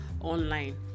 online